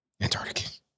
Antarctic